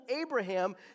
Abraham